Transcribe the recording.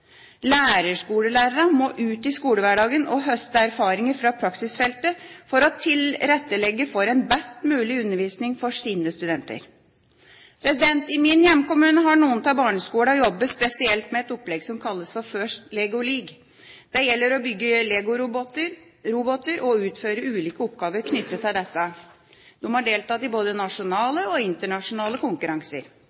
må ut i skolehverdagen og høste erfaringer fra praksisfeltet for å tilrettelegge for en best mulig undervisning for sine studenter. I min hjemkommune har noen av barneskolene jobbet spesielt med et opplegg som kalles for FIRST LEGO League. Det gjelder å bygge legoroboter og utføre ulike oppgaver knyttet til dette. De har deltatt i både